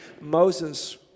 Moses